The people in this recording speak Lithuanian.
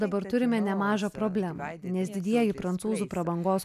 dabar turime nemažą problemą nes didieji prancūzų prabangos